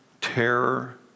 terror